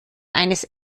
eines